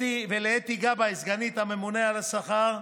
ולאתי גבאי, סגנית הממונה על השכר,